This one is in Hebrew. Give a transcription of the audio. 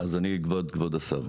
כבוד השר,